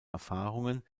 erfahrungen